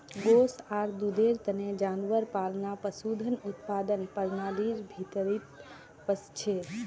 गोस आर दूधेर तने जानवर पालना पशुधन उत्पादन प्रणालीर भीतरीत वस छे